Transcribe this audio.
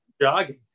jogging